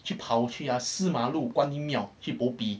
去跑去呀四马路观音庙去 bo bi